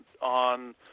on